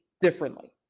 differently